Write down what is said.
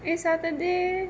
eh saturday